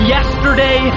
Yesterday